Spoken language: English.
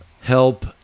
help